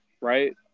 right